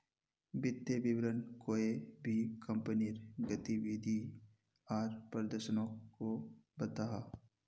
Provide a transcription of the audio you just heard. वित्तिय विवरण कोए भी कंपनीर गतिविधि आर प्रदर्शनोक को बताहा